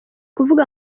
kuvuga